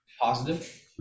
Positive